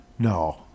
No